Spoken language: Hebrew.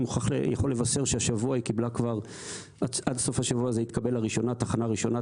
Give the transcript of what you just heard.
אני יכול לבשר שעד סוף השבוע הזה היא תקבל לראשונה תחנה ראשונה,